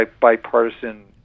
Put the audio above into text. bipartisan